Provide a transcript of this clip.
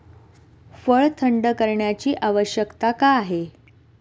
फळ थंड करण्याची आवश्यकता का आहे?